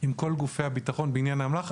עם כל גופי הביטחון בעניין האמל"ח.